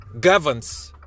governs